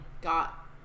got